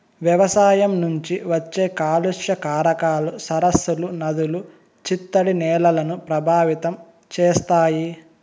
వ్యవసాయం నుంచి వచ్చే కాలుష్య కారకాలు సరస్సులు, నదులు, చిత్తడి నేలలను ప్రభావితం చేస్తాయి